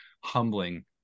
humbling